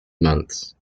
months